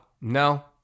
No